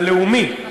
הלאומי,